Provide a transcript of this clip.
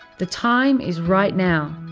the time is right now.